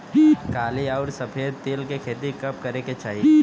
काली अउर सफेद तिल के खेती कब करे के चाही?